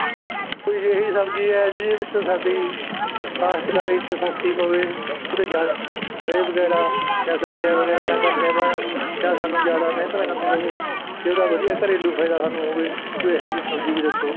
ਕੋਈ ਇਹੋ ਜਿਹੀ ਸਬਜ਼ੀ ਹੈ ਜਿਹਦੇ ਵਿੱਚ ਸਾਡੀ ਕਾਸ਼ਤਕਾਰੀ 'ਚ ਸਸਤੀ ਪਵੇ ਉਹਦੇ ਜ਼ਿਆਦਾ ਰੇਹ ਵਗੈਰਾ ਜਾਂ ਸਪਰੇਹਾਂ ਵਗੈਰਾ ਨਾ ਕਰਨੇ ਪੈਣ ਜਾਂ ਸਾਨੂੰ ਜ਼ਿਆਦਾ ਮਿਹਨਤ ਨਾ ਕਰਨੀ ਪਵੇ ਜਿਹਦਾ ਵਧੀਆ ਘਰੇਲੂ ਫਾਇਦਾ ਸਾਨੂੰ ਹੋਵੇ ਕੋਈ ਇਹੋ ਜਿਹੀ ਸਬਜ਼ੀ ਵੀ ਦੱਸੋ